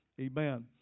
Amen